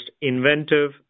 inventive